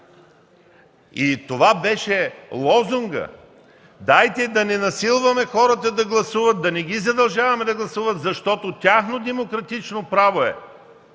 И това беше лозунгът. Дайте да не насилваме хората да гласуват, да не ги задължаваме да гласуват, защото тяхно демократично право е